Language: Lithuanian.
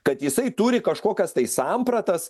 kad jisai turi kažkokias tai sampratas